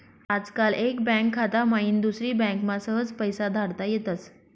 आजकाल एक बँक खाता माईन दुसरी बँकमा सहज पैसा धाडता येतस